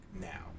now